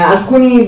Alcuni